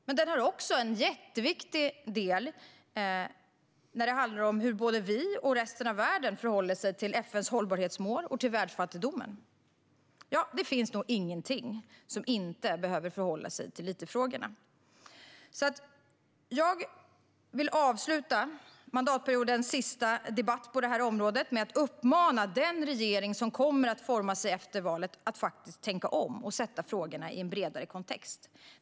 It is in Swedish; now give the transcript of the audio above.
Men den är också en mycket viktig del när det handlar om hur vi och resten av världen förhåller sig till FN:s hållbarhetsmål och världsfattigdomen. Ja, det finns nog ingenting som inte behöver förhålla sig till it-frågorna. Jag vill avsluta mandatperiodens sista debatt på området med att uppmana den regering som kommer att forma sig efter valet att faktiskt tänka om och sätta frågorna i en bredare kontext.